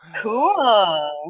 Cool